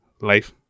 life